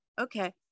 okay